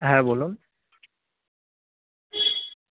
হ্যাঁ বলুন